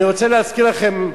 אני רוצה להזכיר לכם: